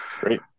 Great